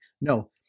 No